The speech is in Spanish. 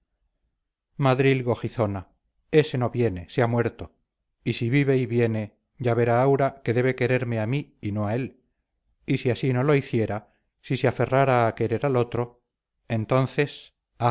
exclamó madrilgo gizona ese no viene se ha muerto y si vive y viene ya verá aura que debe quererme a mí y no a él y si así no lo hiciera si se aferrara a querer al otro entonces